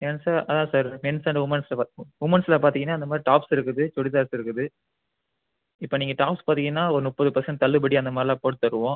ஏன் சார் அதான் sir men's and உமென்ஸை உமென்ஸில் பார்த்தீங்கனா இந்தமாதிரி டாப்ஸ் இருக்குது சுடிதார்ஸ் இருக்குது இப்போ நீங்கள் டாப்ஸ் பார்த்தீங்கனா ஒரு முப்பது பர்சன்ட் தள்ளுபடி அந்த மாதிரிலாம் போட்டு தருவோம்